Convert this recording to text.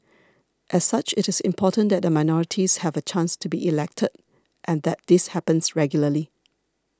as such it is important that the minorities have a chance to be elected and that this happens regularly